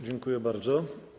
Dziękuję bardzo.